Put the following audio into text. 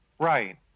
Right